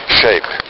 shape